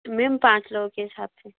ma'am पाँच लोगों के हिसाब से